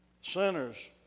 Sinners